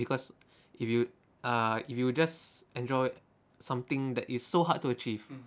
because if you ah if you just enjoyed something that is so hard to achieve